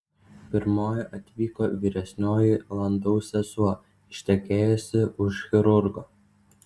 pirmoji atvyko vyresnioji landau sesuo ištekėjusi už chirurgo